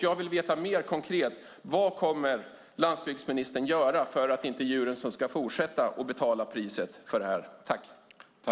Jag vill veta mer konkret: Vad kommer landsbygdsministern att göra för att djuren inte ska få fortsätta att betala priset för detta?